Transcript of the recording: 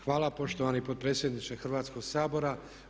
Hvala poštovani potpredsjedniče Hrvatskog sabora.